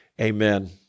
amen